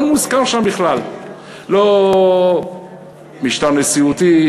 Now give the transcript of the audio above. לא מוזכר שם בכלל לא משטר נשיאותי,